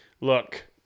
Look